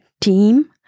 team